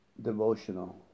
devotional